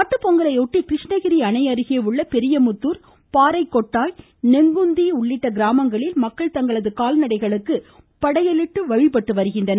மாட்டுப்பொங்கலையொட்டி கிருஷ்ணகிரி அணை அருகே உள்ள பெரியமுத்தூர் பாறைகொட்டாய் நெக்குந்தி உள்ளிட்ட கிராமங்களில் மக்கள் தங்களது கால்நடைகளுக்கு படையலிட்டு வழிபட்டு வருகின்றனர்